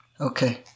Okay